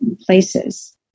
places